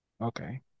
Okay